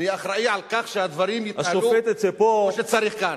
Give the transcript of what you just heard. אני אחראי על כך שהדברים יתנהלו כפי שצריך כאן.